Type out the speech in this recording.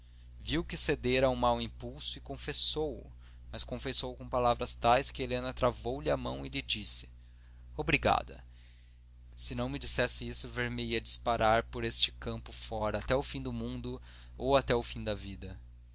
viu que cedera a um mau impulso e confessou o mas confessou o com palavras tais que helena travou-lhe da mão e lhe disse obrigada se me não dissesse isso ver me ia disparar por este caminho fora até ao fim do mundo ou até ao fim da vida